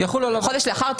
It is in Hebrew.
יחול עליו חודש לאחר מכן.